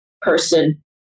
person